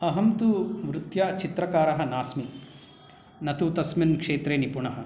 अहं तु वृत्या चित्रकारः नास्मि न तु तस्मिन् क्षेत्रे निपुणः